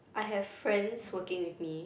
I have friends working already